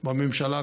בממשלה הקודמת.